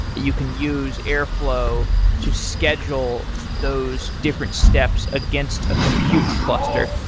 you can use airflow to schedule those different steps against a compute cluster.